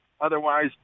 otherwise